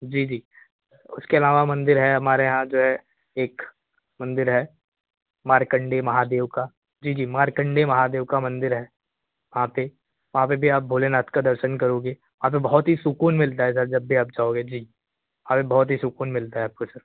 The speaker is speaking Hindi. जी जी उसके अलवा मंदिर है हमारे यहाँ जो है एक मंदिर है मारकंडे महादेव का जी जी मारकंडे महादेव का मंदिर है वहाँ पे वहाँ पे भी आप भोलेनाथ का दर्शन करोगे वहाँ पे बहुत ही सुकून मिलता है जब भी आप जाओगे जी और बहुत ही सुकून मिलता है आपको सर